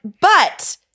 but-